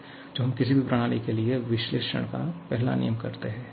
तो यह वह तरीका है जो हम किसी भी प्रणाली के लिए विश्लेषण का पहला नियम करते हैं